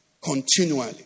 continually